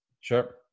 Sure